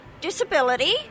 disability